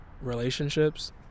relationships